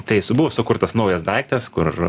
tai su buvo sukurtas naujas daiktas kur